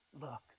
look